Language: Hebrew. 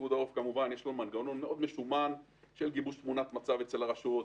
לפיקוד העורף יש מנגנון מאוד משומן של גיבוש תמונת מצב אצל הרשויות.